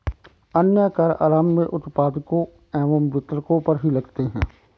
अन्य कर आरम्भ में उत्पादकों एवं वितरकों पर ही लगते हैं